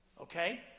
okay